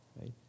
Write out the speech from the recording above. right